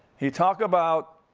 you talk about